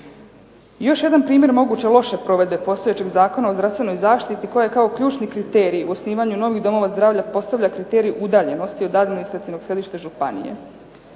Još jedan primjer moguće loše provedbe postojećeg Zakona o zdravstvenoj zaštiti koja kao ključni kriterij u osnivanju novih domova zdravlja postavlja kriterij udaljenosti od administrativnog središta županije.